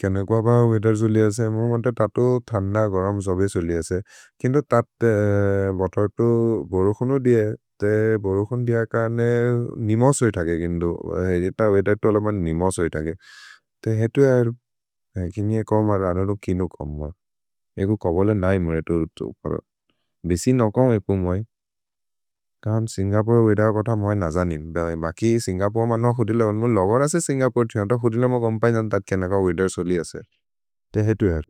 केनक् बप वेदर् सोलि असे मोमेन्त ततु थन्द, गरम्, सभे सोलि असे किन्तु तत् बत उतु बोरोकोनु दिय ते बोरोकोनु दिय। काने निमोस् होइ थगि किन्तु एत वेदर् तोलमन् निमोस् होइ थगि ते हेतु हेर् एकिनिए कमर् अनोदो किनु कमर् एकु कोबोले नै मुरे तुतु बोरोक् बेसि नोकोन् एपु मोइ कर्न् सिन्गपोरे वेदर्। कोत मोइ नजनिन् बेले मकि सिन्गपोरे मनो हुदिलोमु लोगोर् असे सिन्गपोरे छिनतो हुदिलोमु कोम्पजन् तत् केनक् वेदर् सोलि असे ते हेतु हेर्।